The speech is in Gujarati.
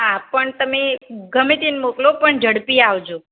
હા પણ તમે ગમે તેને મોકલો પણ ઝડપી આવજો